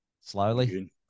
slowly